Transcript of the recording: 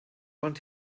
want